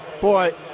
boy